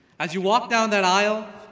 as you walk down that aisle,